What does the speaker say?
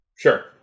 Sure